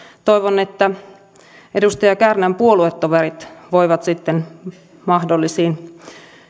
toivon että edustaja kärnän puoluetoverit voivat sitten mahdollisiin